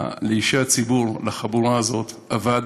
לאישי הציבור, לחבורה הזאת, אבד